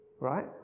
right